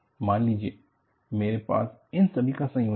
मान लीजिए मेरे पास इन सभी का संयोजन है